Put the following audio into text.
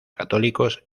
católicos